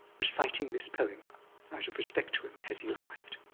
reciting this poem out of respect to him as he arrived,